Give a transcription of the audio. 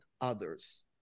others